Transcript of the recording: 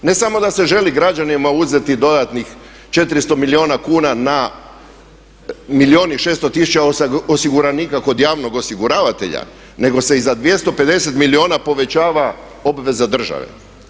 Ne samo da se želi građanima uzeti dodatnih 400 milijuna kuna na milijun i 600 tisuća osiguranika kod javnog osiguravatelja nego se i za 250 milijuna povećava obveza države.